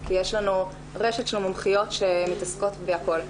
כי יש לנו רשת של מומחיות שמתעסקות בהכל.